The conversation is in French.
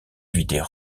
éviter